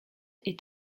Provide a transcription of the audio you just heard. est